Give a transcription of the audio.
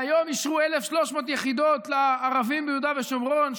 והיום אישרו 1,300 יחידות לערבים ביהודה ושומרון,